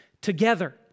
together